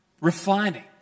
refining